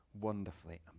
wonderfully